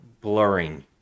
blurring